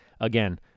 Again